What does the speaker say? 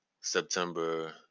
september